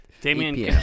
Damien